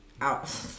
Out